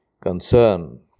concern